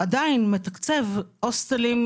עדיין מתקצב הוסטלים,